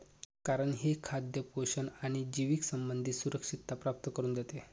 कारण हे खाद्य पोषण आणि जिविके संबंधी सुरक्षितता प्राप्त करून देते